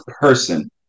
person